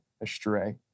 astray